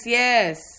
yes